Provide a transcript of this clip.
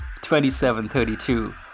27-32